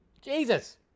Jesus